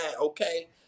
okay